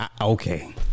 okay